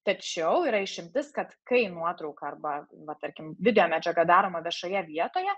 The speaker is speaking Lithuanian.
tačiau yra išimtis kad kai nuotrauka arba va tarkim videomedžiaga daroma viešoje vietoje